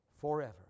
forever